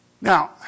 Now